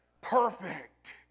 perfect